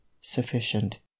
sufficient